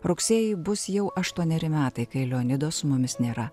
rugsėjį bus jau aštuoneri metai kai leonido su mumis nėra